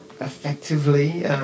effectively